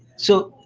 so